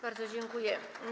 Bardzo dziękuję.